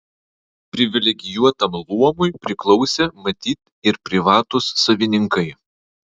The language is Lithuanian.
privilegijuotam luomui priklausė matyt ir privatūs savininkai